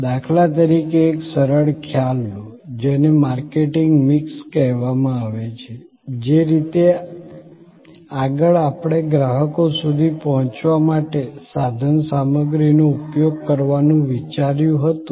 દાખલા તરીકે એક સરળ ખ્યાલ લો જેને માર્કેટિંગ મિક્સ કહેવામાં આવે છે જે રીતે આગળ આપણે ગ્રાહકો સુધી પહોંચવા માટે સાધનસામગ્રીનો ઉપયોગ કરવાનું વિચાર્યું હતું